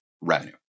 revenue